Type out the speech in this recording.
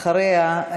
אחריה,